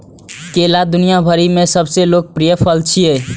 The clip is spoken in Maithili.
केला दुनिया भरि मे सबसं लोकप्रिय फल छियै